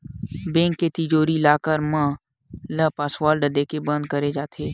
bank के तिजोरी, locker मन ल पासवर्ड देके बंद करे जाथे